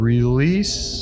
Release